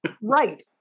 Right